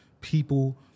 people